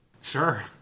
sure